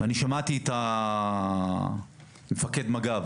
אני שמעתי ממפקד מג"ב